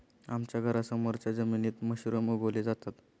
आमच्या घरासमोरच्या जमिनीत मशरूम उगवले जातात